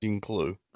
clue